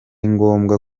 ngombwa